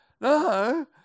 no